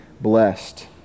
blessed